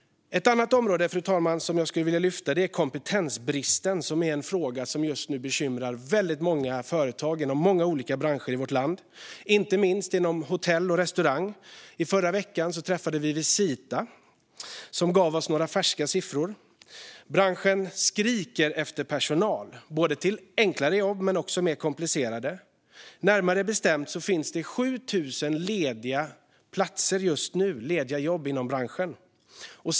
Något annat som jag skulle vilja lyfta fram, fru talman, är kompetensbristen. Det är en fråga som just nu bekymrar många företagare inom många olika branscher i vårt land, inte minst inom hotell och restaurang. I förra veckan träffade vi Visita, som gav oss färska siffror. Branschen skriker efter personal till både enklare jobb och mer komplicerade. Närmare bestämt finns det just nu 7 000 lediga platser, lediga jobb, i branschen.